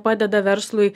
padeda verslui